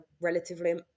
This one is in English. relatively